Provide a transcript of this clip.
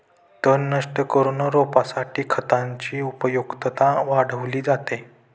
तण नष्ट करून रोपासाठी खतांची उपयुक्तता वाढवली जाते